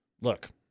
look